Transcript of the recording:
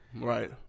Right